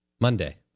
Monday